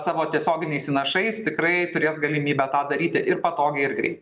savo tiesioginiais įnašais tikrai turės galimybę tą daryti ir patogiai ir greit